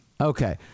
Okay